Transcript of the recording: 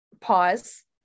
pause